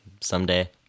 someday